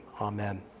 Amen